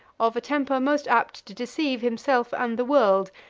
of a temper most apt to deceive himself and the world,